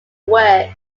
works